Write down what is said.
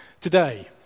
today